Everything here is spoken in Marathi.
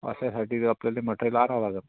अशासाठी आपल्याला ते मटेरियल आणावं लागेल